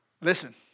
Listen